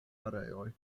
areoj